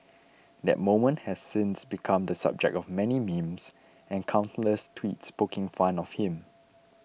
that moment has since become the subject of many memes and countless tweets poking fun of him